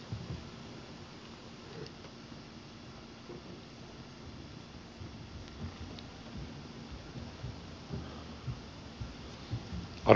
arvoisa herra puhemies